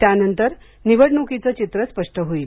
त्यानंतर निवडणूकीचं चित्र स्पष्ट होईल